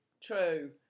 true